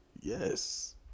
Yes